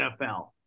NFL